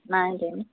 নাই যে